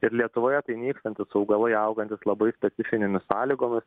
ir lietuvoje tai nykstantys augalai augantys labai specifinėmis sąlygomis